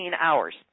hours